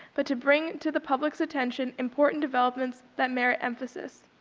but to bring to the public's attention important developments that merit emphasis.